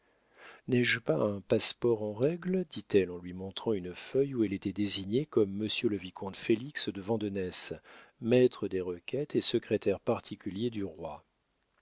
n'ai-je pas un passe-port en règle dit-elle en lui montrant une feuille où elle était désignée comme monsieur le vicomte félix de vandenesse maître des requêtes et secrétaire particulier du roi